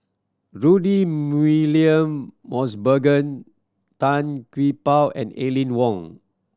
Rudy William Mosbergen Tan Gee Paw and Aline Wong